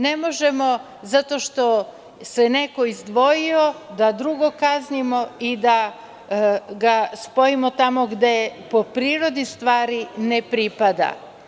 Ne možemo zato što se neko izdvojio da kaznimo drugog i da ga spojimo tamo gde po prirodi stvari ne pripada.